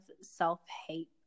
self-hate